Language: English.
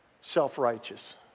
self-righteous